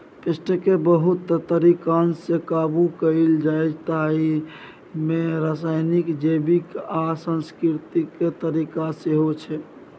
पेस्टकेँ बहुत तरीकासँ काबु कएल जाइछै ताहि मे रासायनिक, जैबिक आ सांस्कृतिक तरीका सेहो छै